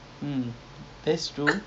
mak dia doctor apa though